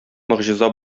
могҗиза